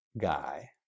guy